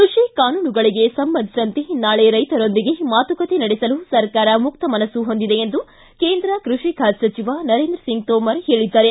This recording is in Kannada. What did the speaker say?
ಕೃಷಿ ಕಾನೂನುಗಳಿಗೆ ಸಂಬಂಧಿಸಿದಂತೆ ನಾಳೆ ರೈತರೊಂದಿಗೆ ಮಾತುಕತೆ ನಡೆಸಲು ಸರ್ಕಾರ ಮುಕ್ತ ಮನಸ್ಸು ಹೊಂದಿದೆ ಎಂದು ಕೇಂದ್ರ ಕೃಷಿ ಖಾತೆ ಸಚಿವ ನರೇಂದ್ರ ಸಿಂಗ್ ತೋಮರ್ ತಿಳಿಸಿದ್ದಾರೆ